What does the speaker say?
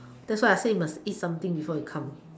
that's why I say you must eat something before you come